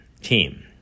team